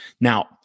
Now